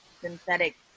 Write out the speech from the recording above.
synthetic